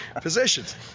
positions